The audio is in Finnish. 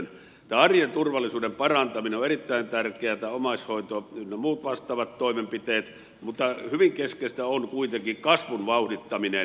tämä arjen turvallisuuden parantaminen on erittäin tärkeätä omaishoito ynnä muut vastaavat toimenpiteet mutta hyvin keskeistä on kuitenkin kasvun vauhdittaminen